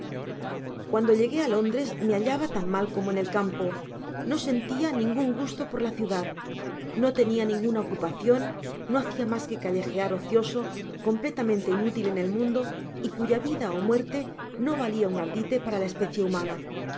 guando llegué á londres me hallaba tan mal como en el campo no sentia ningun gusto por la ciudad no tenia ninguna ocupacion no hacia mas que callejear ocioso completamente inútil en el mundo y cuya vida ó muerte no valia nn ardite para la especie humaua